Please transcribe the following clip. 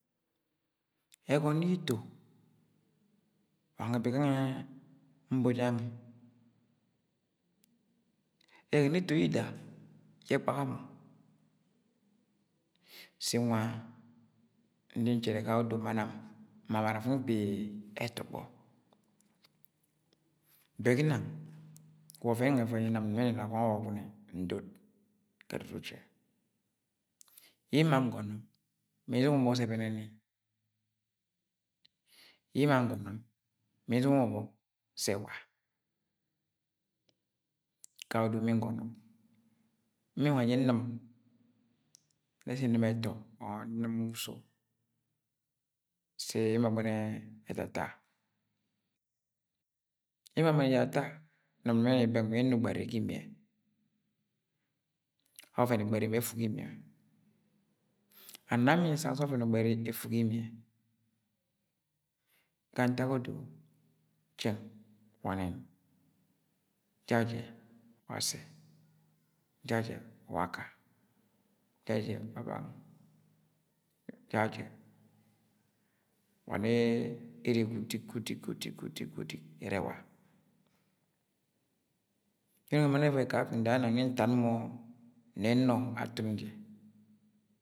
. ẹgọnyi ito wa ngẹ bee gange yẹ nbo jangẹ, ẹgọnẹ eto yida yẹ ẹgbaga mọ si nwa nji nchẹrẹ gayẹ odo ma nam nmamara nfi nkpi ẹtọgbọ, bẹ ginang wa ọvẹn yẹ ẹnọng ẹvọi ni na gwang ọgwọgune ndod ga edudu jẹ ye nma ngọnọ mi nzọngọ mọ ọbọk se ẹbẹnẹ ni, ye nma ngọnọ mi nzọngọ ọbọk sẹ ẹwa gaye odo mi ngọnọ mi nwa nji nnṫm nne sẹ nnṫme ẹtọ or nnṫm nwa uso sẹ emo agbe ni ẹtata emo agbẹ ni jẹ etata nam nẹmẹ ni bẹng nwi nna ugbẹri ga imie ọvẹn ugbẹri mẹ efu ga imiẹ, and nam nmi nsang sẹ ọvẹn ugbẹri efu ga imiẹ ga ntak odo jẹng wa ọnẹn jajẹ wa Asẹ, jajẹ wa Aka, jajẹ wa bang, jajẹ wa nẹ ene ga udik, ga udik, gu udik, gu udik, gu udik ẹrẹ ẹwa yẹ ẹnọng ẹma ni ẹvọi nda ginang nni ntam mọ nẹ nọ atun ji.